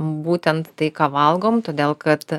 būtent tai ką valgom todėl kad